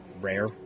rare